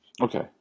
Okay